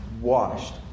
Washed